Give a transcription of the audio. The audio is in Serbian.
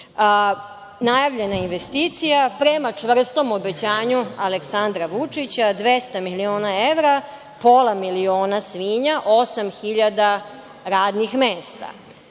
najavljena investicija prema čvrstom obećanju Aleksandra Vučića, 200 miliona evra, pola miliona svinja, osam hiljada radnih mesta.